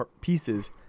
pieces